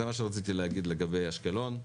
זה מה שרציתי להגיד לגבי אשקלון.